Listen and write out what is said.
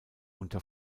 unter